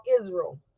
Israel